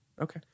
Okay